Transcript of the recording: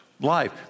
life